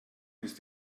ist